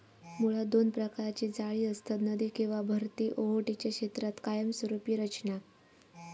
मुळात दोन प्रकारची जाळी असतत, नदी किंवा भरती ओहोटीच्या क्षेत्रात कायमस्वरूपी रचना